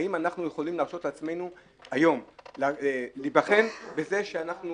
האם אנחנו יכולים להרשות לעצמנו היום להיבחן בזה שאנחנו